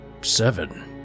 seven